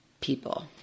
people